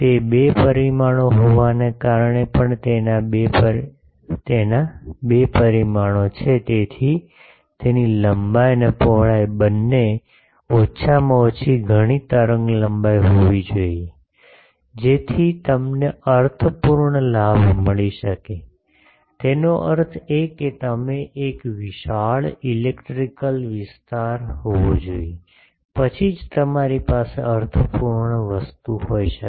તે બે પરિમાણો હોવાને કારણે પણ તેના બે પરિમાણો છે તેથી તેની લંબાઈ અને પહોળાઈ બંને ઓછામાં ઓછી ઘણી તરંગલંબાઇ હોવી જોઈએ જેથી તમને અર્થપૂર્ણ લાભ મળી શકે તેનો અર્થ એ કે તેમાં એક વિશાળ ઇલેક્ટ્રિકલ વિસ્તાર હોવો જોઈએ પછી જ તમારી પાસે અર્થપૂર્ણ વસ્તુ હોઈ શકે